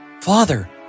Father